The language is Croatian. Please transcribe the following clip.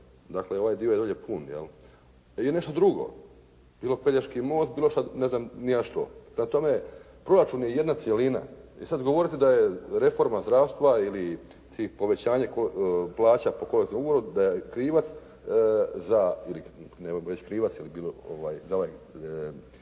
Dakle, ovaj dio je dolje pun jel. Ili nešto drugo. Bilo Pelješki most, bilo šta ne znam ni ja što. Prema tome, proračun je jedna cjelina. Vi sad govorite da je reforma zdravstva ili povećanje plaća po kolektivnom ugovoru da je krivac za, ne mogu reći krivac ili za ovaj